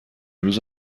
روز